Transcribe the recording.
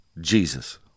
Jesus